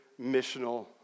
missional